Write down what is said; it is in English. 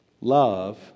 love